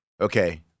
Okay